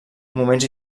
moments